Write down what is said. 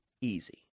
easy